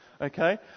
okay